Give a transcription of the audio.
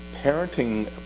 parenting